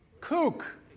kook